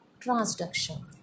transduction